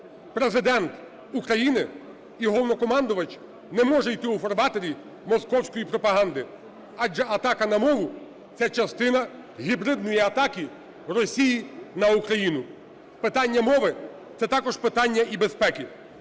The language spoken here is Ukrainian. Президент України і Головнокомандувач не може іти у фарватері московської пропаганди адже атака на мову це частина гібридної атаки Росії на Україну. Питання мови – це також питання і безпеки.